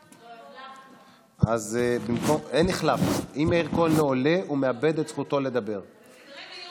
בעד היבה יזבק, נגד עומר ינקלביץ' בעד משה יעלון,